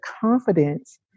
confidence